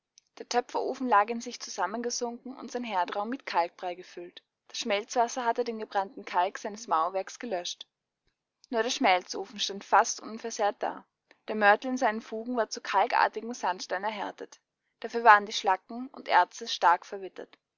der töpferofen lag in sich zusammengesunken und sein herdraum mit kalkbrei gefüllt das schmelzwasser hatte den gebrannten kalk seines mauerwerks gelöscht nur der schmelzofen stand fast unversehrt da der mörtel in seinen fugen war zu kalkartigem sandstein erhärtet dafür waren die schlacken und erze stark verwittert